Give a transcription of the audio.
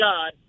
God